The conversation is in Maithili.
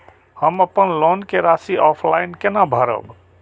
हम अपन लोन के राशि ऑफलाइन केना भरब?